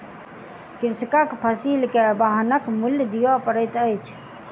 कृषकक फसिल के वाहनक मूल्य दिअ पड़ैत अछि